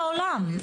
אין כזה חוק בעולם.